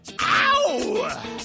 Ow